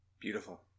Beautiful